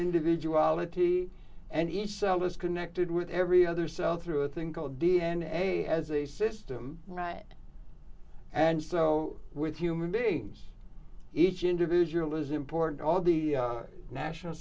individuality and each cell is connected with every other cell through a thing called d n a as a system right and so with human beings each individual is important all the national